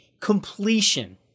completion